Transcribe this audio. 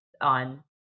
on